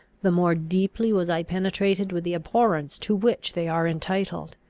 the more deeply was i penetrated with the abhorrence to which they are entitled.